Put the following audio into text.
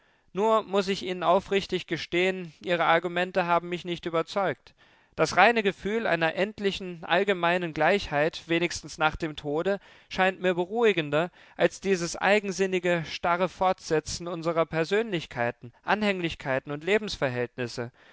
nur muß ich ihnen aufrichtig gestehen ihre argumente haben mich nicht überzeugt das reine gefühl einer endlichen allgemeinen gleichheit wenigstens nach dem tode scheint mir beruhigender als dieses eigensinnige starre fort setzen unserer persönlichkeiten anhänglichkeiten und lebensverhältnisse